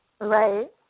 Right